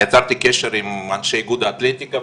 יצרתי קשר עם אנשי איגוד האתלטיקה,